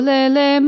Lele